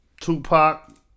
Tupac